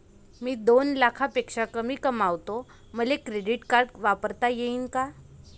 मी दोन लाखापेक्षा कमी कमावतो, मले क्रेडिट कार्ड वापरता येईन का?